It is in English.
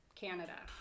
Canada